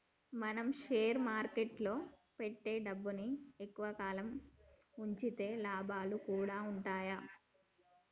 మనం షేర్ మార్కెట్టులో పెట్టే డబ్బుని ఎక్కువ కాలం వుంచితే లాభాలు గూడా బాగుంటయ్